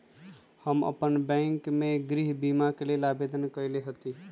हम अप्पन बैंक में गृह बीमा के लेल आवेदन कएले हति